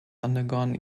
undergone